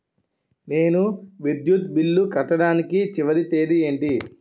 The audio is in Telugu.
నేను విద్యుత్ బిల్లు కట్టడానికి చివరి తేదీ ఏంటి?